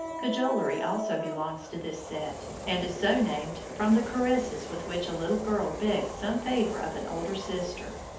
cajolery also belongs to this set, and is so named from the caresses with which a little girl begs some favor of an older sister,